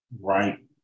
right